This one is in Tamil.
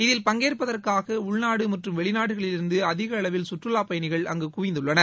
இதில் பங்கேற்பதற்காக உள்நாடு மற்றும் வெளிநாடுகளிலிருந்து அதிக அளவில் சுற்றுலாப்பயணிகள் அங்கு குவிந்துள்ளனர்